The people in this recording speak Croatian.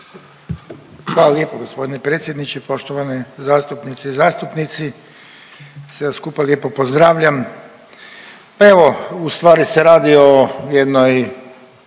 Hvala lijepo gospodine predsjedniče, poštovane zastupnice i zastupnici. Sve vas skupa lijepo pozdravljam. Pa evo u stvari se radi o jednom